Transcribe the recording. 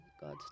God